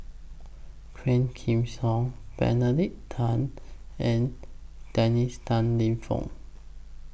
Quah Kim Song Benedict Tan and Dennis Tan Lip Fong